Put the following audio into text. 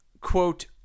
quote